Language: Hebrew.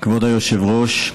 כבוד היושב-ראש,